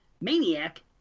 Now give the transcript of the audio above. Maniac